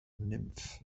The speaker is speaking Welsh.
nymff